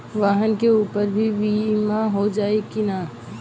वाहन के ऊपर भी बीमा हो जाई की ना?